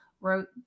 wrote